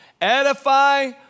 Edify